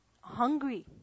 hungry